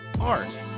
art